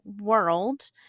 world